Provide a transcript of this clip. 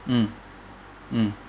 mm mm